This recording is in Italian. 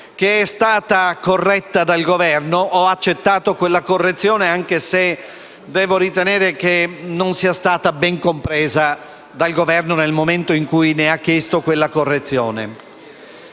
che è stata corretta dal Governo. Ho accettato la correzione, anche se devo ritenere che la norma da me proposta non sia stata ben compresa dal Governo nel momento in cui ne ha chiesto quella correzione.